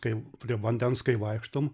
kai prie vandens kai vaikštom